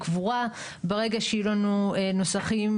כי אלמלא האוצר שייתן את היד לנושא הזה,